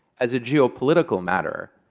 as a geopolitical matter,